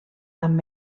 amb